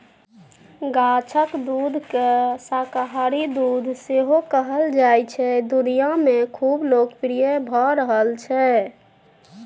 गाछक दुधकेँ शाकाहारी दुध सेहो कहल जाइ छै दुनियाँ मे खुब लोकप्रिय भ रहल छै